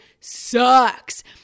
sucks